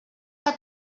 que